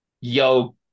Yo